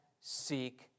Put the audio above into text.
seek